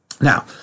Now